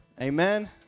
Amen